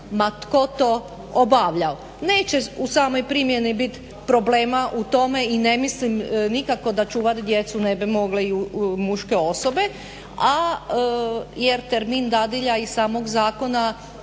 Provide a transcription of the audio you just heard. ma tko to obavljao. Neće u samoj primjeni biti problema u tome i ne mislim nikako da čuvati djecu ne bi mogle i muške osobe jer termin dadilja iz samog zakona